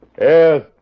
Yes